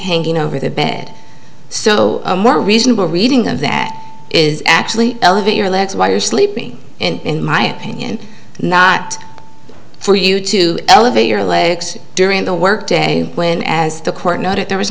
hanging over the bed so a more reasonable reading of that is actually elevate your legs while you're sleeping in my opinion not for you to elevate your legs during the work day when as the court noted there was